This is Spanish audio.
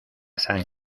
san